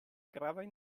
gravaj